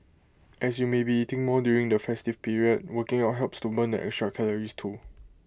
as you may be eating more during the festive period working out helps to burn the extra calories too